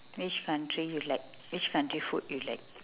which country you like which country food you like